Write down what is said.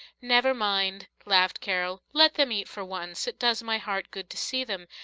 never mind, laughed carol, let them eat for once it does my heart good to see them,